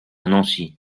nancy